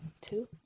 Two